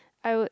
I would